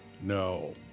No